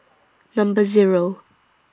Number Zero